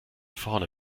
vorne